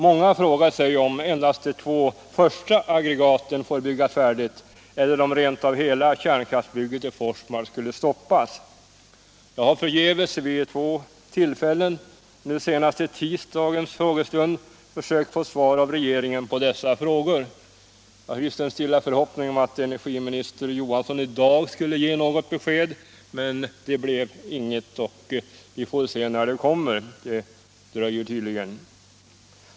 Många har frågat sig om endast de två första aggregaten får byggas färdiga eller om rent av hela kärnkraftsbygget i Forsmark skulle stoppas. Jag har förgäves vid två tillfällen, nu senast i tisdagens frågestund, försökt få svar av regeringen på dessa frågor. Jag hyste en stilla förhoppning om att energiminister Johansson i dag skulle ge något besked, men det blev ingenting. Vi får väl se när detta kommer, det dröjer tydligen.